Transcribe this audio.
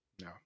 No